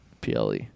PLE